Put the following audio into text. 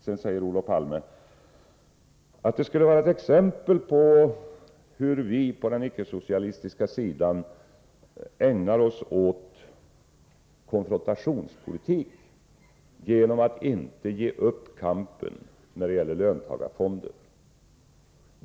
Sedan säger Olof Palme att det skulle vara ett exempel på hur vi på den icke-socialistiska sidan ägnar oss åt konfrontationspolitik, när vi säger att vi inte ger upp kampen mot löntagarfonderna.